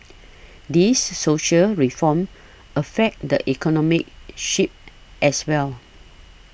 these social reforms affect the economic sphere as well